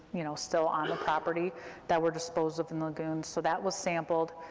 you know, still on the property that were disposed of in the lagoons, so that was sampled.